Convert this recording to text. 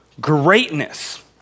greatness